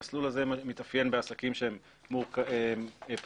המסלול הזה מתאפיין בעסקים שהם פשוטים